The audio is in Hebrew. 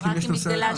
רק אם יש נוסע אחד.